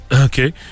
Okay